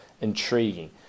intriguing